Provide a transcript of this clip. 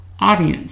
audience